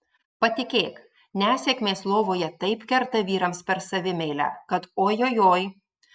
patikėk nesėkmės lovoje taip kerta vyrams per savimeilę kad oi oi oi